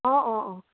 অ' অ' অ'